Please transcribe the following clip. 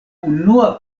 unua